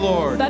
Lord